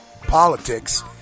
politics